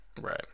Right